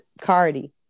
Cardi